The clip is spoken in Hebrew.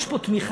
יש פה תמיכה,